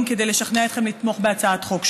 כדי לשכנע אתכם לתמוך בהצעת חוק שלי.